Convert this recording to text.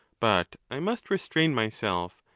but i must restrain myself,